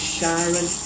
Sharon